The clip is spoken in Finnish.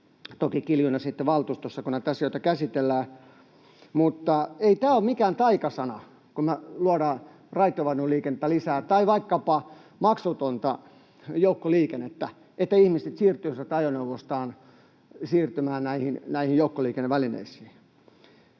sitten valtuustossa, kun näitä asioita käsitellään. Mutta ei tämä ole mikään taikasana, kun me luodaan raitiovaunuliikennettä lisää tai vaikkapa maksutonta joukkoliikennettä, että ihmiset siirtyisivät ajoneuvoistaan näihin joukkoliikennevälineisiin.